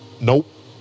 Nope